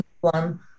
one